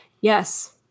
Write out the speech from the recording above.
yes